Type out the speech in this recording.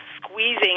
squeezing